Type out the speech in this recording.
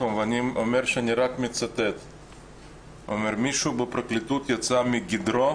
הוא אמר: מישהו בפרקליטות יצא מגדרו